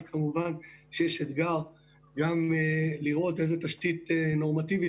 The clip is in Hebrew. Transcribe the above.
אז כמובן שיש אתגר גם לראות איזו תשתית נורמטיבית